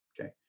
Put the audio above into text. okay